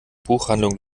buchhandlung